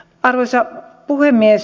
arvoisa puhemies